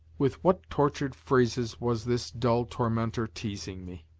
with what tortured phrases was this dull tormentor teasing me.